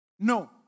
No